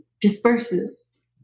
Disperses